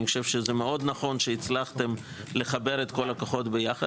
מאוד נכון שהצלחתם לחבר את כל הכוחות ביחד